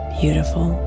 beautiful